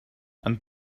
and